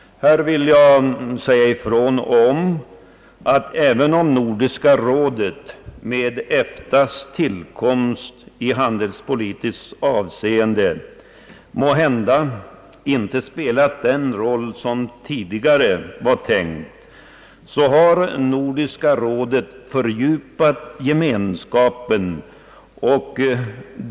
Här vill jag säga ifrån att även om Nordiska rådet efter EFTA:s tillkomst i handelspolitiskt avseende måhända inte spelat den roll som tidigare var tänkt, har Nordiska rådet fördjupat gemenskapen.